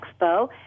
Expo